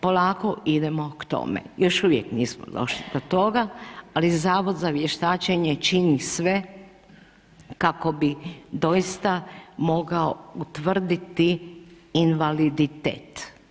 Polako idemo k tome, još uvijek nismo došli do toga ali Zavod za vještačenje čini sve kako bi doista mogao utvrditi invaliditet.